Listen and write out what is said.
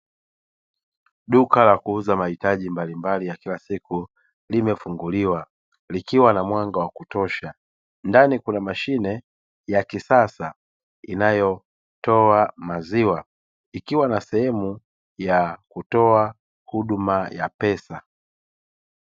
Duka la kuuza mahitaji mbalimbali ya kila siku limefunguliwa likiwa na mwanga wa kutosha, ndani Kuna mashine ya kisasa inayotoa maziwa ikiwa na sehemu ya kutoa huduma ya pesa.